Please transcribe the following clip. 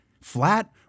flat